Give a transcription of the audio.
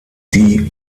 die